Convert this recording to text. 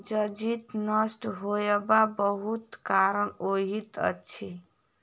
जजति नष्ट होयबाक बहुत कारण होइत अछि